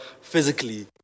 physically